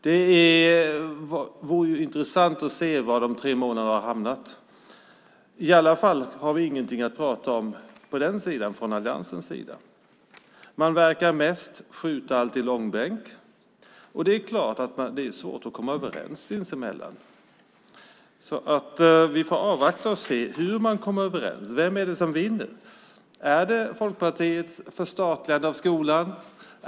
Det vore intressant att se vad som har hänt med de tre månaderna. Vi har ingenting att prata om på den sidan från alliansens sida. Man verkar mest skjuta allt till långbänk. Det är klart att det är svårt att komma överens. Vi får avvakta och se hur man kommer överens och vem det är som vinner. Är det Folkpartiets förstatligande av skolan?